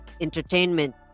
entertainment